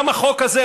גם החוק הזה,